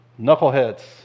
knuckleheads